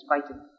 fighting